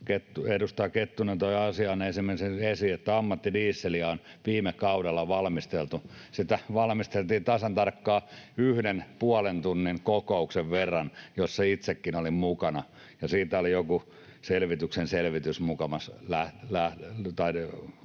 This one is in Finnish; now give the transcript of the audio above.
Edustaja Kettunen toi esiin esimerkiksi asian, että ammattidieseliä on viime kaudella valmisteltu. Sitä valmisteltiin tasan tarkkaan yhden puolen tunnin kokouksen verran, jossa itsekin olin mukana, ja siitä oli joku selvityksen selvitys, mukamas aloitetaan